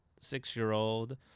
six-year-old